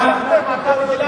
אנחנו כל היום מקשיבים.